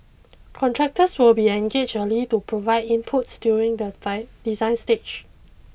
contractors will be engaged early to provide inputs during the design stage